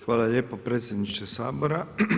Hvala lijepo predsjedniče Sabora.